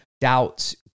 doubts